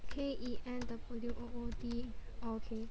K E N W O O D orh okay